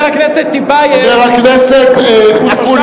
חבר הכנסת טיבייב הוא תושב